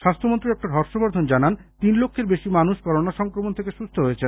স্বাহ্হমন্ত্রী ডাঃ হর্ষবর্ধন জানান তিন লক্ষের বেশী মানুষ করোনা সংক্রমণ থেকে সুস্থ হয়েছেন